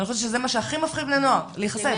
אני חושבת שזה מה שהכי מפחיד לנוער, להיחשף.